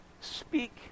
speak